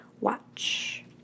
watch